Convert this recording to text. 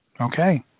Okay